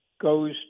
goes